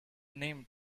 name